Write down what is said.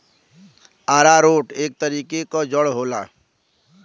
आरारोट एक तरीके क जड़ होला